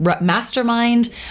mastermind